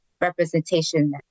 representation